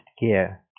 gear